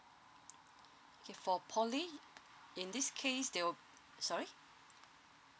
okay for poly in this case they will sorry